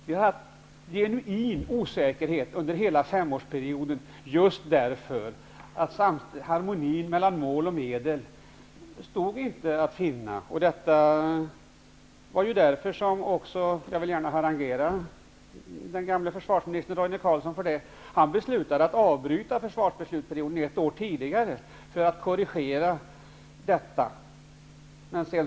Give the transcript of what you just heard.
Vi har haft en genuin osäkerhet under hela femårsperioden just därför att harmonin mellan mål och medel inte stod att finna. Jag vill gärna harangera den gamle försvarsministern Roine Carlsson för att han beslutade att avbryta försvarsbeslutsperioden ett år tidigare, för att korrigera detta.